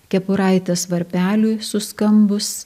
kepuraitės varpeliui suskambus